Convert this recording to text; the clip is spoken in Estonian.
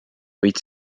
võid